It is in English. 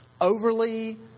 overly